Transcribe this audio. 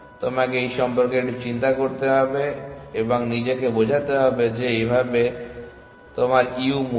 তোমাকে এই সম্পর্কে একটু চিন্তা করতে হবে এবং নিজেকে বোঝাতে হবে যে এইভাবে তোমার u মূল্য